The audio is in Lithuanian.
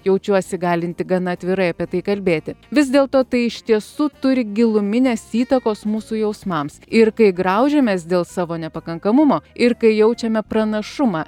jaučiuosi galinti gana atvirai apie tai kalbėti vis dėlto tai iš tiesų turi giluminės įtakos mūsų jausmams ir kai graužiamės dėl savo nepakankamumo ir kai jaučiame pranašumą